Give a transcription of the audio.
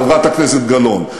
חברת הכנסת גלאון.